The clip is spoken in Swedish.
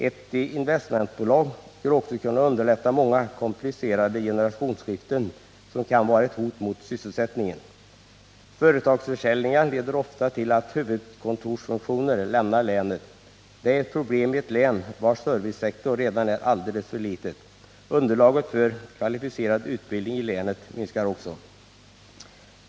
Ett investmentbolag skulle också kunna underlätta många komplicerade generationsskiften som kan vara ett hot mot sysselsättningen. Företagsförsäljningar leder ofta till att huvudkontorsfunktioner lämnar länet. Detta är ett problem i ett län, vars servicesektor redan är alldeles för liten. Underlaget för kvalificerad utbildning i länet minskar.